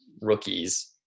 rookies